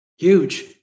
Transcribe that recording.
Huge